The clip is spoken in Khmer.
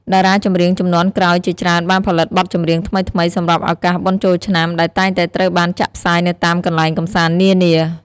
តារាចម្រៀងជំនាន់ក្រោយជាច្រើនបានផលិតបទចម្រៀងថ្មីៗសម្រាប់ឱកាសបុណ្យចូលឆ្នាំ ដែលតែងតែត្រូវបានចាក់ផ្សាយនៅតាមកន្លែងកម្សាន្តនានា។